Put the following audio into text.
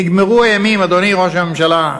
נגמרו הימים, אדוני ראש הממשלה,